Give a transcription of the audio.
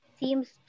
seems